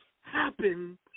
happen